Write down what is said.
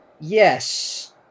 Yes